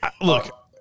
Look